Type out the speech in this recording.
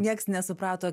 nieks nesuprato